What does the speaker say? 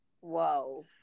whoa